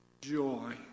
joy